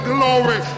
Glory